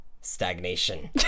Stagnation